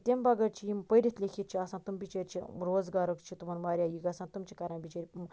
تہٕ تمہِ بَغٲر چھِ یِم پٔرِتھ لیٖکھِتھ چھِ آسان تِم بِچٲر چھِ روزگارُک چھُ تِمَن واریاہ یہِ گَژھان تِم چھِ کَران بِچٲرۍ